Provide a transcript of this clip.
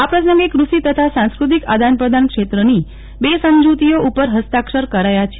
આ પ્રસંગે કૃષિ તથા સાંસ્કૃતિક આદાન પ્રદાન ક્ષેત્રની બે સમજુતીઓ ઉપર ફસ્તાક્ષર કરાયા છે